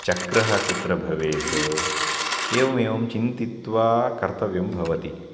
चक्रः कुत्र भवेत् एवमेवं चिन्तयित्वा कर्तव्यं भवति